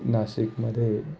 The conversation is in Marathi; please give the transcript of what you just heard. नाशिकमध्ये